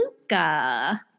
Luca